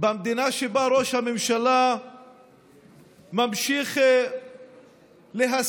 במדינה שבה ראש הממשלה ממשיך להסית